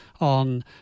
on